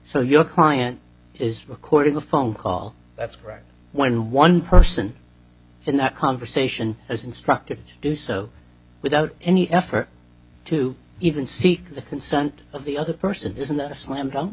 so your client is recording a phone call that's correct when one person in that conversation has instructed to do so without any effort to even seek the consent of the other person isn't that a slam dunk